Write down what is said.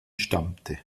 stammte